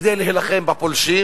כדי להילחם בפולשים,